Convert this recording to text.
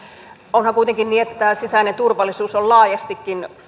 onhan kuitenkin niin että sisäinen turvallisuus on laajastikin